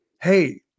Hey